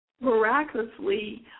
miraculously